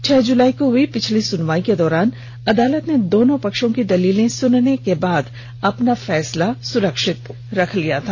छह जुलाई को हुई पिछली सुनवाई के दौरान अदालत ने दोनों पक्षों की दलीलों को सुनने के बाद अपना फैसला सुरक्षित रख लिया था